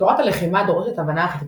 תורת הלחימה דורשת הבנה ארכיטקטונית,